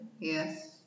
yes